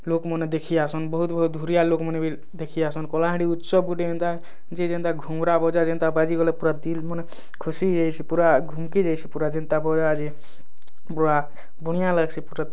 ଲୋକ୍ମାନେ ଦେଖି ଆସାନ୍ ବହୁତ୍ ବହୁତ୍ ଧୁରିଆ ଲୋକ୍ମାନେ ବି ଦେଖି ଆସାନ୍ କଲାହାଣ୍ଡି ଉଚ୍ଚ ଯେ ଯେନ୍ତା ଘୁମୁରା ବଜା ଯେନ୍ତା ବାଜିଗଲେ ପୁରା ଦିଲ୍ ମାନେ ଖୁସି ହେଇଯାଇଛି ପୁରା ଘୁମକି ଯାଇଛି ପୁରା ଯେନ୍ତା ବୋଇବା ଯେ ବୋଇବା ବାଣିହା ଲାଗ୍ସି ପୁରା